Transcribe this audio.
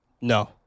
no